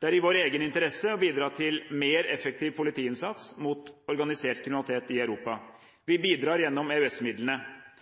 Det er i vår egen interesse å bidra til mer effektiv politiinnsats mot organisert kriminalitet i Europa. Vi bidrar gjennom